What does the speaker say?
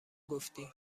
گفتی